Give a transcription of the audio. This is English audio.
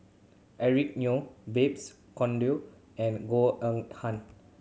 Eric Neo Babes Conde and Goh Eng Han